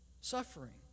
suffering